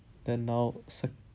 then now